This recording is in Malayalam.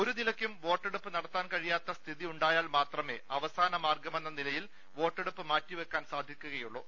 ഒരുനിലയ്ക്കും വോട്ടെടുപ്പ് നടത്താൻ കഴിയാത്ത സ്ഥിതി ഉണ്ടായാൽ മാത്രമെ അവസാന മാർഗ്ഗമെന്ന് നിലയിൽ വോട്ടെ ടുപ്പ് മാറ്റിവെക്കാൻ സാധിക്കുകയുള്ളൂ